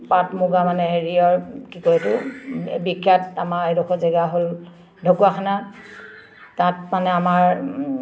পাট মুগা মানে হেৰিয়ৰ কি কয় এইটো বিখ্যাত আমাৰ এডোখৰ জেগা হ'ল ঢকুৱাখানা তাত মানে আমাৰ